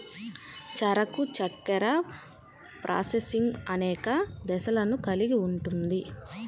చెరకు చక్కెర ప్రాసెసింగ్ అనేక దశలను కలిగి ఉంటుంది